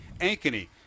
Ankeny